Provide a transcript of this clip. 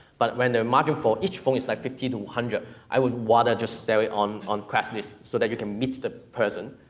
but when the margin for each phone is like fifty to one hundred, i would wanna just sell it on on craigslist, so that you can meet the person,